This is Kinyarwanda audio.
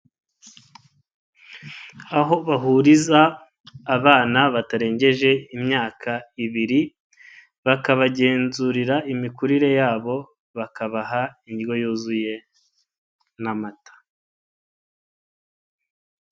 Aho bahuriza abana batarengeje imyaka ibiri bakabagenzurira imikurire yabo bakabaha indyo yuzuye n'amata.